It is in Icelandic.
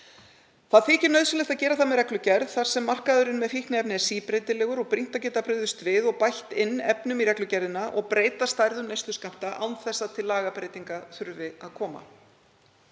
þykir að gera það með reglugerð þar sem markaður með fíkniefni er síbreytilegur og brýnt að geta brugðist við og bætt inn efnum í reglugerðinni og breyta stærðum neysluskammta án þess að til lagabreytinga þurfi að koma.